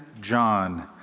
John